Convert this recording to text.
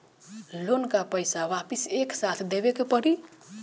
Loan का पईसा वापिस एक साथ देबेके पड़ी?